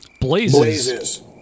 Blazes